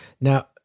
Now